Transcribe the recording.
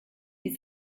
die